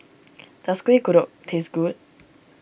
does Kuih Kodok taste good